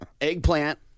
Eggplant